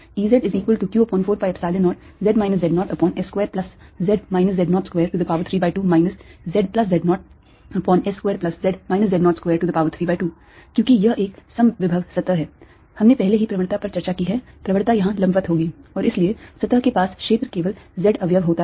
Ezq4π0z z0s2z z0232 zz0s2z z0232 क्योंकि यह एक समविभव सतह है हमने पहले ही प्रवणता पर चर्चा की है प्रवणता यहाँ लंबवत होगी और इसलिए सतह के पास क्षेत्र केवल z अवयव होता है